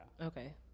okay